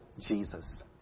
Jesus